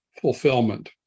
fulfillment